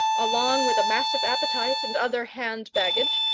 along with a massive appetite and other hand baggage,